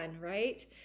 right